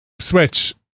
Switch